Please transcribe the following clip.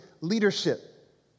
leadership